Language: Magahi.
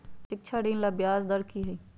शिक्षा ऋण ला ब्याज दर कि हई?